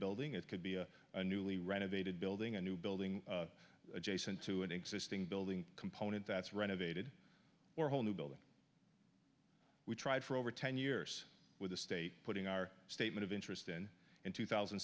building it could be a newly renovated building a new building adjacent to an existing building component that's renovated or a whole new building we tried for over ten years with the state putting our statement of interest in in two thousand